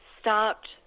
stopped